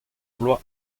bloaz